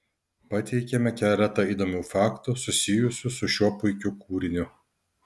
pateikiame keletą įdomių faktų susijusių su šiuo puikiu kūriniu